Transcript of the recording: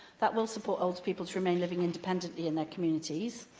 that will support older people to remain living independently in their communities,